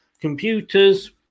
computers